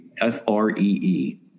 F-R-E-E